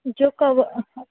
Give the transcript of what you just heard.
जो कव